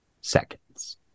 seconds